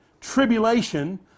tribulation